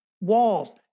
walls